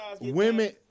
Women